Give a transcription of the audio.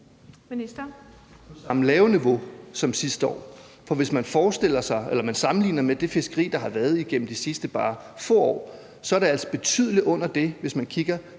på samme lave niveau som sidste år. For hvis man sammenligner med det fiskeri, der har været igennem de sidste bare få år, er det altså betydelig under det, hvis man kigger